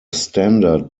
standard